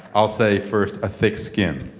i'll say first, a thick skin.